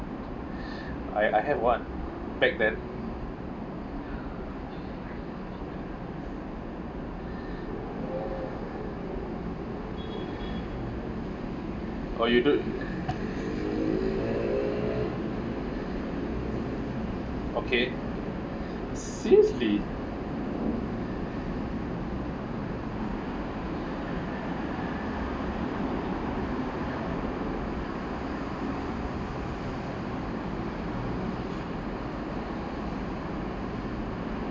I I have one back then or you do okay seriously